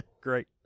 Great